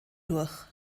durch